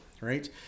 right